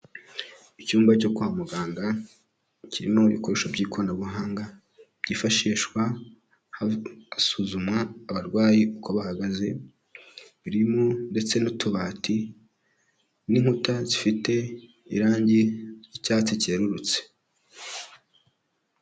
Icyumba cyo kwa muganga kirimo ibikoresho by'ikoranabuhanga byifashishwa hasuzumwa abarwayi uko bahagaze, birimo ndetse n'utubati n'inkuta zifite irangi ry'icyatsi cyerurutse.